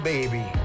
Baby